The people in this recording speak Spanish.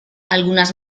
algunas